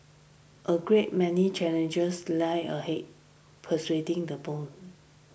a great many challenges lie ahead persuading the bone